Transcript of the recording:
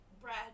Brad